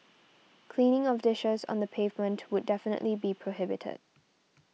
cleaning of dishes on the pavement would definitely be prohibited